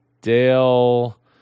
Dale